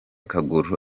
kaguru